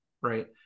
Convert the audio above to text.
right